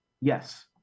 Yes